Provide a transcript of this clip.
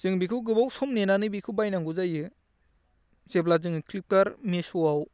जों बेखौ गोबाव सम नेनानै बेखौ बायनांगौ जायो जेब्ला जोङो फ्लिपकार्ट मिश'आव